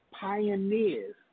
pioneers